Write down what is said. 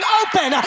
open